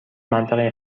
منطقه